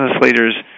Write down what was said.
leaders